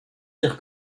dire